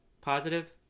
positive